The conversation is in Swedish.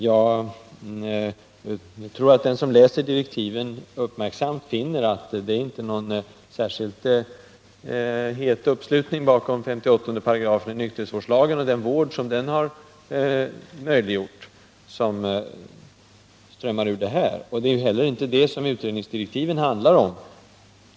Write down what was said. Jag tror att den som läser direktiven uppmärksamt finner att de inte ger uttryck för någon särskilt het uppslutning bakom 58 § nykterhetsvårdslagen och den vård som den har möjliggjort. Det är inte heller det utredningsdirektiven handlar om.